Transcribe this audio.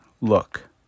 Look